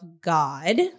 God